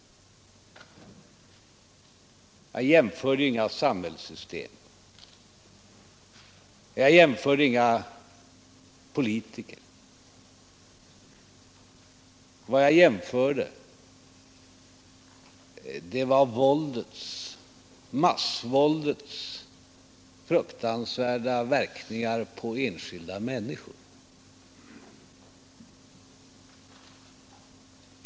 Jag jämförde inga samhällssystem och jag jämförde inga politiker; vad jag jämförde var massvåldets fruktansvärda verkningar på enskilda människor.